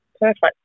perfect